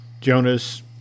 Jonas